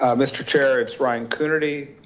um mr chair, it's ryan coonerty.